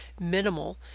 minimal